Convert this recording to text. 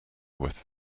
with